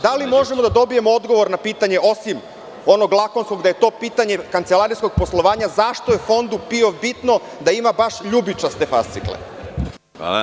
Da li možemo da dobijemo odgovor na pitanje, osim onog lakonskog, da je to pitanje kancelarijskog poslovanja – zašto je Fondu PIO bitno da ima baš ljubičaste fascikle?